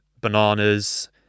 bananas